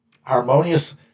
harmonious